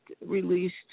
released